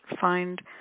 find